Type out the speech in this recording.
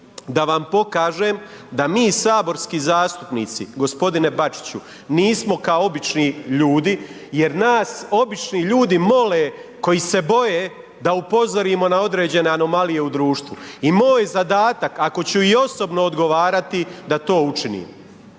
Da vam pokažem da mi saborski zastupnici g. Bačiću nismo kao obični ljudi jer nas obični ljudi mole koji se boje da upozorimo na određene anomalije u društvu i moj zadatak ako ću i osobno odgovarati da to učinim.